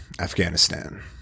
Afghanistan